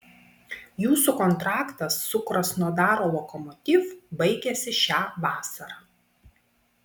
jūsų kontraktas su krasnodaro lokomotiv baigiasi šią vasarą